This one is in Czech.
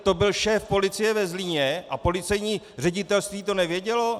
To byl šéf policie ve Zlíně a policejní ředitelství to nevědělo?